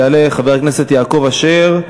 יעלה חבר הכנסת יעקב אשר,